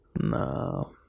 No